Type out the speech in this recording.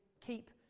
keep